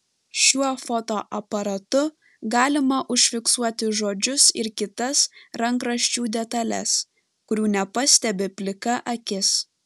šiuo fotoaparatu galima užfiksuoti žodžius ir kitas rankraščių detales kurių nepastebi plika akis